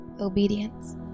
obedience